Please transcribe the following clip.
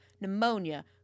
pneumonia